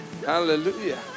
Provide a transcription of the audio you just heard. Hallelujah